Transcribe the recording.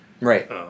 right